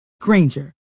Granger